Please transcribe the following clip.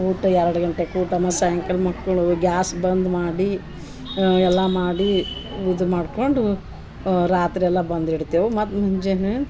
ಊಟ ಎರಡು ಗಂಟೆಗೆ ಊಟ ಮತ್ತೆ ಸಾಯಂಕಾಲ ಮಕ್ಕಳು ಗ್ಯಾಸ್ ಬಂದು ಮಾಡಿ ಎಲ್ಲ ಮಾಡಿ ಉದು ಮಾಡ್ಕೊಂಡು ರಾತ್ರಿಯೆಲ್ಲ ಬಂದು ಇಡ್ತೆವು ಮತ್ತೆ ಮುಂಜಾನೆ